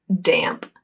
damp